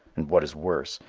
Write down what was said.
and, what is worse,